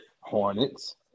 Hornets